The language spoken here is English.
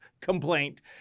complaint